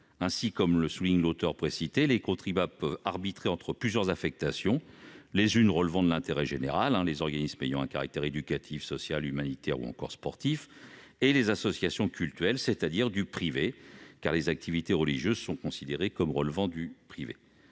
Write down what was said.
Ainsi, comme le souligne l'auteur précité, les contribuables peuvent arbitrer entre plusieurs affectations, les unes relevant de l'intérêt général- les organismes ayant un caractère éducatif, social, humanitaire ou encore sportif -et les associations cultuelles, c'est-à-dire privées, car les activités religieuses sont considérées comme relevant de la